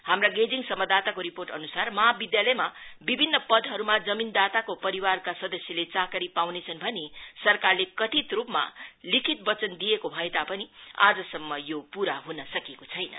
हाम्रा गेजिङ मम्वाददाताको रिपोर्ट अनुसार महाविध्यालयमा विभिन्न पदहरुमा जमीनदाताको परिवारका सदस्याले चाकरी पाउनेछन् भनी सरकारले कथित रुपमा लिखित वचन दिएको भए तापनि आजसम्म यो पूरा हुन् सकेको छैन